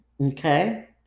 okay